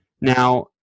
Now